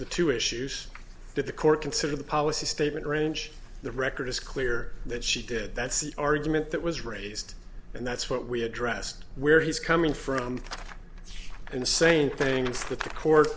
the two issues that the court consider the policy statement range the record is clear that she did that's the argument that was raised and that's what we addressed where he's coming from and the same thing with the court